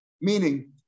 Meaning